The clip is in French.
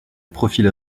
profil